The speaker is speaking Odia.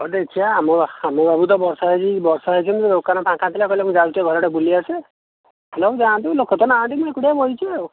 ହଁ ଦେଖିବା ଆମ ଆମ ବାବୁ ତ ବର୍ଷା ହୋଇଛି ବର୍ଷା ହୋଇଛି ଦୋକାନ ଫାଙ୍କା ଥିଲା କହିଲେ ମୁଁ ଯାଉଛି ଘର ଆଡ଼ୁ ଟିକେ ବୁଲି ଆସିବି ଯାଆନ୍ତୁ ଲୋକ ତ ନାହାନ୍ତି ମୁଁ ଏକୁଟିଆ ବସିଛି ଆଉ